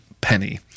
penny